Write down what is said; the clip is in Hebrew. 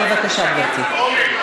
בבקשה, גברתי.